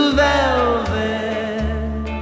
velvet